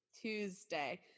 Tuesday